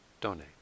donate